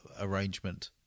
arrangement